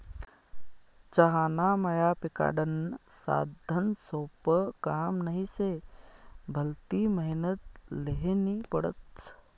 चहाना मया पिकाडनं साधंसोपं काम नही शे, भलती मेहनत ल्हेनी पडस